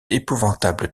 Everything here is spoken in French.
épouvantable